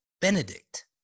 Benedict